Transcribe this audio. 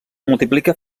multiplica